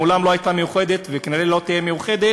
מעולם לא הייתה מאוחדת וכנראה לא תהיה מאוחדת,